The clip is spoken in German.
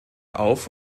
auf